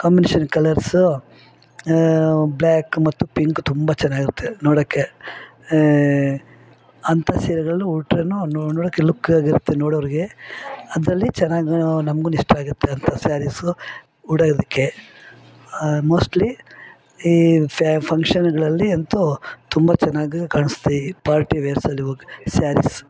combination colours black ಮತ್ತು pink ತುಂಬ ಚೆನ್ನಾಗಿರುತ್ತೆ ನೋಡೋಕ್ಕೆ ಅಂತ ಸೀರೆಗಳನ್ನು ಉಟ್ರೆಯೂ ನೋಡೋಕ್ಕೆ ಲುಕ್ಕಾಗಿರುತ್ತೆ ನೋಡೋವ್ರಿಗೆ ಅದರಲ್ಲಿ ಚೆನ್ನಾಗಿರೋ ನಮಗೂ ಇಷ್ಟವಾಗಿರುತ್ತೆ ಅಂಥ ಸ್ಯಾರೀಸು ಉಡೋದಕ್ಕೆ ಮೋಸ್ಟ್ಲಿ ಈ ಫಂಕ್ಷನ್ಗಳಲ್ಲಿ ಅಂತು ತುಂಬ ಚೆನ್ನಾಗಿ ಕಾಣ್ಸುತ್ತೆ ಈ ಪಾರ್ಟಿ ವೇರ್ಸ್ ಅಲ್ಲಿ ಹೋಗಿ ಸ್ಯಾರೀಸು